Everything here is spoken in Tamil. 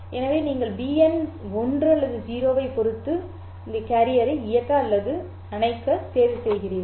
எனவே நீங்கள் bn 1 அல்லது 0 ஐப் பொறுத்து இயக்க அல்லது அணைக்கத் தேர்வு செய்கிறீர்கள்